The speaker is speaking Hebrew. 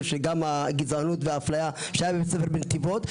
הגזענות והאפליה שהיה בית ספר בנתיבות.